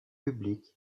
publics